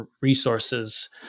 resources